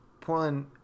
Portland